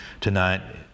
tonight